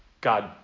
God